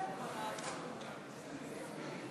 אנחנו עוברים לסעיף הבא שעל סדר-היום: